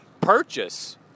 purchase